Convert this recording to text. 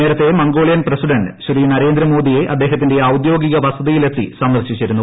നേരത്തെ Mongolian president Shri നരേന്ദ്രമോദിയെ അദ്ദേഹത്തിന്റെ ഔദ്യോഗിക വസതിയിലെത്തി സന്ദർശിച്ചിരുന്നു